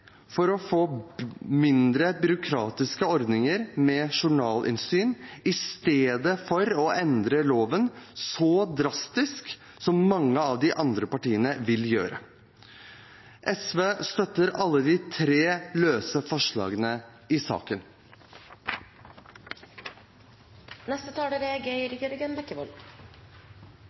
for å få mindre byråkratiske ordninger for journalinnsyn istedenfor å endre loven så drastisk som mange av de andre partiene vil gjøre. SV støtter alle de tre såkalt løse forslagene i saken. Muligheten til å lære på jobb er